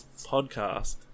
podcast